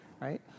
right